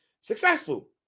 successful